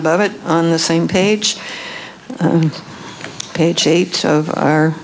above it on the same page page eight of our